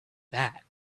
that